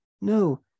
no